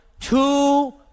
two